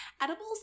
edibles